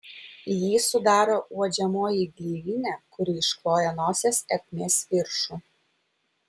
jį sudaro uodžiamoji gleivinė kuri iškloja nosies ertmės viršų